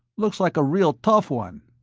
looks like a real tough one.